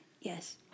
Yes